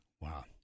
Wow